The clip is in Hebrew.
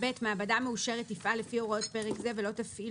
(ב)מעבדה מאושרת תפעל לפי הוראות פרק זה ולא תפעיל